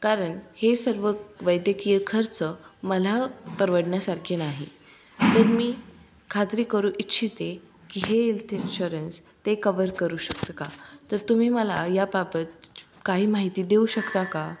कारण हे सर्व वैद्यकीय खर्च मला परवडण्यासारखे नाही तर मी खात्री करू इच्छिते की हे हेल्थ इन्श्योरन्स ते कवर करू शकतं का तर तुम्ही मला याबाबत च् काही माहिती देऊ शकता का